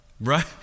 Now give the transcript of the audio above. right